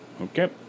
Okay